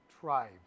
tribe